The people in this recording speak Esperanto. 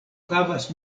havas